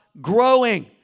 growing